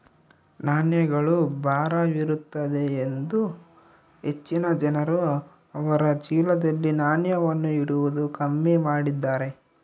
ನಾಣ್ಯಗಳು ಭಾರವಿರುತ್ತದೆಯೆಂದು ಹೆಚ್ಚಿನ ಜನರು ಅವರ ಚೀಲದಲ್ಲಿ ನಾಣ್ಯವನ್ನು ಇಡುವುದು ಕಮ್ಮಿ ಮಾಡಿದ್ದಾರೆ